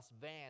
van